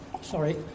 Sorry